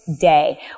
day